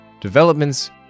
developments